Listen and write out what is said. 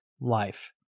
life